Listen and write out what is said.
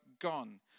gone